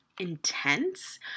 intense